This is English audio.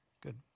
good